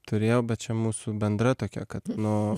turėjau bet čia mūsų bendra tokia kad nu